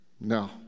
no